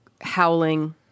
howling